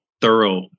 thorough